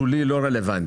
שולי ולא רלוונטי.